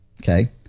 okay